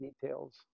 details